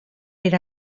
per